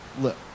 look